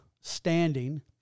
standing